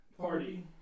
party